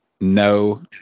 No